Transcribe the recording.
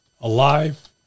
alive